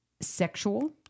sexual